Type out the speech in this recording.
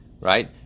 right